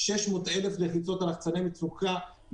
600,000 לחיצות על לחצני מצוקה,